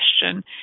question